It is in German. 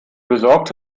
besorgt